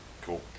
Cool